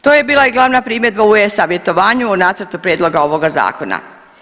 To je bila i glavna primjedba u e-savjetovanju o nacrtu prijedloga ovoga zakona.